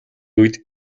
үед